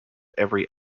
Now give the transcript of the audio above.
every